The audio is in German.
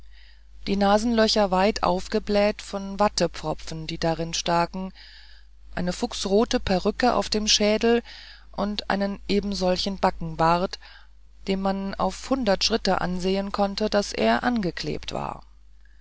die nasenlöcher weit aufgebläht von wattepfropfen die darin staken eine fuchsrote perücke auf dem schädel und einen ebensolchen backenbart dem man auf hundert schritt ansehen konnte daß er angeklebt war